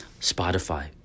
Spotify